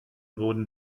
wurden